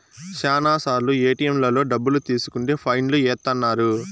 శ్యానా సార్లు ఏటిఎంలలో డబ్బులు తీసుకుంటే ఫైన్ లు ఏత్తన్నారు